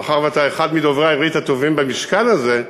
מאחר שאתה אחד מדוברי העברית הטובים במשכן הזה,